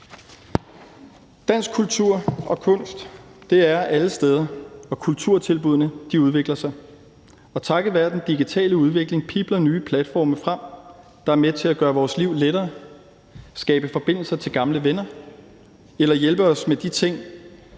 Dansk kultur og kunst er alle steder, og kulturtilbuddene udvikler sig, og takket være den digitale udvikling pibler nye platforme frem, der er med til at gøre vores liv lettere, skabe forbindelser til gamle venner eller hjælpe os med at se ting